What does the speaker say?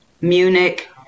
Munich